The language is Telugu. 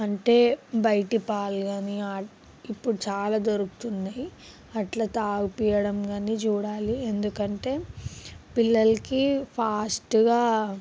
అంటే బయటి పాలు కాని ఇప్పుడు చాలా దొరుకుతున్నవి అట్లా తాగించడం కానీ చూడాలి ఎందుకంటే పిల్లలకి ఫాస్టుగా